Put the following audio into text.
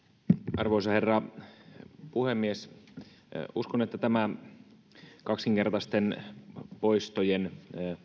arvoisa herra puhemies uskon että tämä kaksinkertaisten poistojen